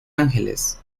angeles